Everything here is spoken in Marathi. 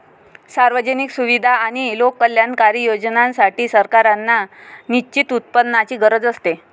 सार्वजनिक सुविधा आणि लोककल्याणकारी योजनांसाठी, सरकारांना निश्चित उत्पन्नाची गरज असते